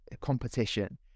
competition